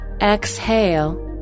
exhale